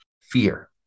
Fear